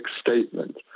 statement